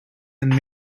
and